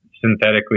synthetically